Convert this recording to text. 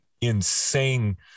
insane